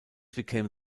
became